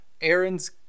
Aaron's